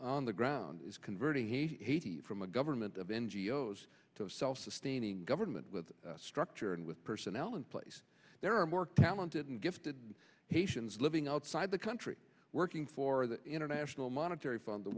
the ground is converting he from a government of n g o s to a self sustaining government with a structure and with personnel in place there are more talented and gifted haitians living outside the country working for the international monetary fund the